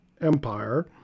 Empire